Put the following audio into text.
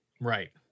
Right